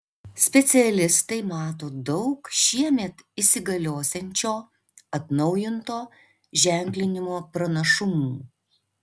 specialistai mato daug šiemet įsigaliosiančio atnaujinto ženklinimo pranašumų